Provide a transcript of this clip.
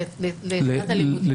הם לאורך כל השנה?